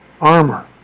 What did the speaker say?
armor